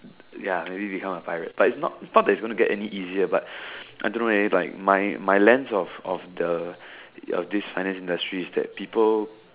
ya maybe become a pirate but but it's not not that it's going to get any easier but I don't know eh like my my lens of of the of this finance industry is that people